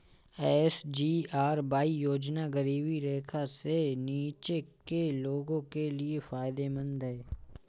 SGRY योजना गरीबी रेखा से नीचे के लोगों के लिए फायदेमंद है